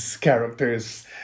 characters